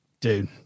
Dude